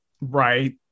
Right